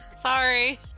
Sorry